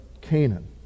Canaan